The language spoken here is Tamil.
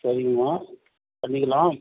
சரிங்கம்மா பண்ணிக்கலாம்